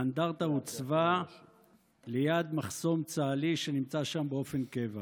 האנדרטה הוצבה ליד מחסום צה"לי שנמצא שם באופן קבע.